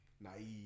naive